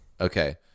Okay